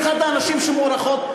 והיא אחת הנשים המוערכות,